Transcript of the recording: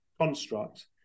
construct